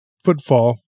Footfall